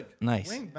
Nice